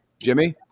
Jimmy